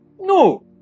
No